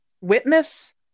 witness